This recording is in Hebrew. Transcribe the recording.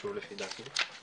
חשוב לפי דעתי.